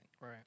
Right